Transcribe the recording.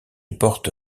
porte